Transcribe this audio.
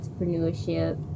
entrepreneurship